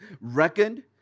reckoned